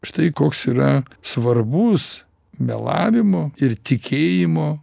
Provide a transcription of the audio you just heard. štai koks yra svarbus melavimo ir tikėjimo